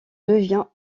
devient